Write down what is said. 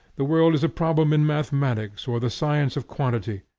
the world is a problem in mathematics or the science of quantity,